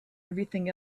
everything